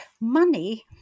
money